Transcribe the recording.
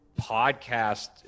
podcast